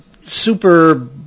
super